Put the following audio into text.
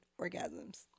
orgasms